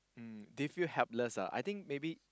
um they feel helpless ah I think maybe